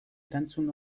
erantzun